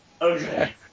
Okay